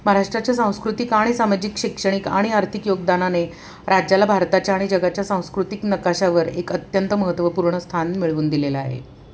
महाराष्ट्राच्या सांस्कृतिक आणि सामाजिक शैक्षणिक आणि आर्थिक योगदानाने राज्याला भारताच्या आणि जगाच्या सांस्कृतिक नकाशावर एक अत्यंत महत्त्वपूर्ण स्थान मिळवून दिलेलं आहे